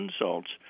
insults